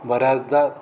बऱ्याचदा